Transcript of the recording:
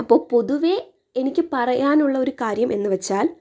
അപ്പോൾ പൊതുവേ എനിക്ക് പറയാനുള്ള ഒരു കാര്യം എന്ന് വെച്ചാൽ